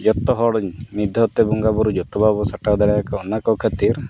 ᱡᱚᱛᱚ ᱦᱚᱲ ᱢᱤᱫ ᱫᱷᱟᱣ ᱛᱮ ᱵᱚᱸᱜᱟ ᱵᱳᱨᱳ ᱡᱚᱛᱚ ᱵᱟᱵᱚ ᱥᱟᱴᱟᱣ ᱫᱟᱲᱮ ᱟᱠᱚ ᱠᱟᱱᱟ ᱚᱱᱟ ᱠᱚ ᱠᱷᱟᱹᱛᱤᱨ